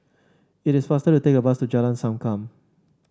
it is faster to take bus to Jalan Sankam